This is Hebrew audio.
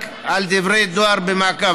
רק על דברי דואר במעקב,